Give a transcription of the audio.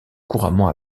couramment